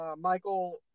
Michael